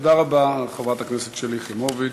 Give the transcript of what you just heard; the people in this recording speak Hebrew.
תודה רבה, חברת הכנסת שלי יחימוביץ.